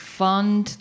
fund